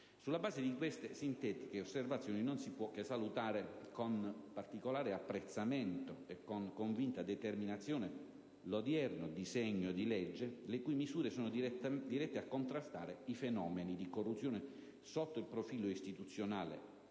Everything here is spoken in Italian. Sulla base di tali sintetiche osservazioni non si può che salutare con particolare apprezzamento e convinta determinazione il disegno di legge oggi in discussione, le cui misure sono dirette a contrastare i fenomeni di corruzione sotto il profilo istituzionale,